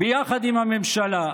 ביחד עם הממשלה.